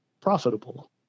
profitable